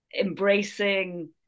embracing